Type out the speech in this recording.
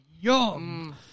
Yum